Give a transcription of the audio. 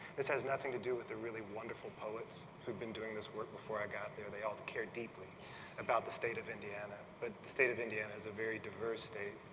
this has nothing to do with a really wonderful poets who have been doing the work before i got there. they all care deeply about the state of indiana. but the state of indiana is a very diverse state.